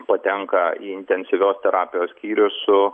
patenka į intensyvios terapijos skyrių su